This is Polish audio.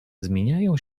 zmieniają